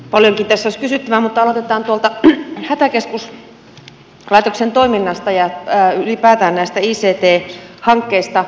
paljonkin tässä olisi kysyttävää mutta aloitetaan tuolta hätäkeskuslaitoksen toiminnasta ja ylipäätään näistä ict hankkeista